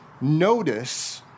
notice